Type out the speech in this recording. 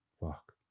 fuck